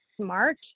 smart